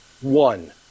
one